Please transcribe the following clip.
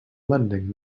lending